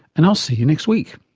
and i'll see you next week